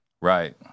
Right